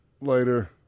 later